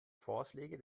vorschläge